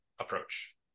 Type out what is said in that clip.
approach